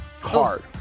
Hard